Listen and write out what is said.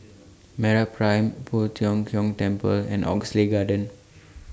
Meraprime Poh Tiong Kiong Temple and Oxley Garden